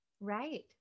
Right